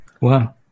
Wow